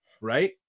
right